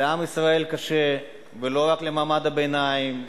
לעם ישראל קשה, ולא רק למעמד הביניים,